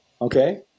Okay